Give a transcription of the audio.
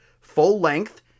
full-length